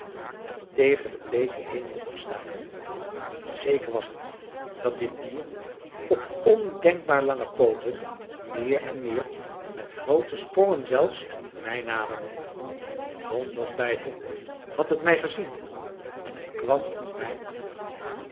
en tegen den bleeken hemel afstaken zeker was het dat dit dier op ondenkbaar lange pooten meer en meer met groote sprongen zelfs mij naderde zonder twijfel had het mij gezien en het kwam op mij af